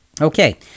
Okay